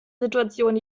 situation